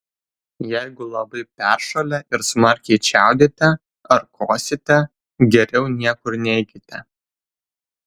jeigu labai peršalę ir smarkiai čiaudite ar kosite geriau niekur neikite